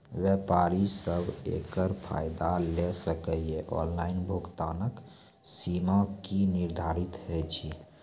व्यापारी सब एकरऽ फायदा ले सकै ये? ऑनलाइन भुगतानक सीमा की निर्धारित ऐछि?